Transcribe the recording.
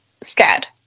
scared